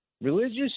religious